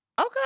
Okay